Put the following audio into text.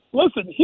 listen